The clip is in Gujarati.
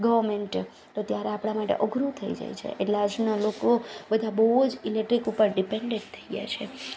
ગવર્મેન્ટ તો ત્યારે આપણા માટે અઘરું થઈ જાય છે એટલે આજના લોકો બધા બહુ જ ઇલેક્ટ્રિક ઉપર ડીપેનડેડ થઈ ગયા છે